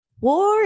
War